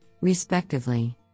respectively